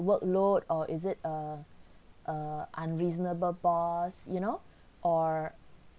workload or is it err err unreasonable boss you know or